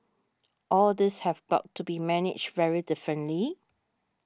all these have got to be managed very differently